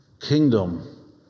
kingdom